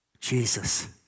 Jesus